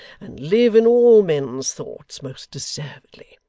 and live in all men's thoughts most deservedly.